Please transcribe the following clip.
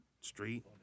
street